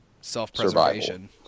self-preservation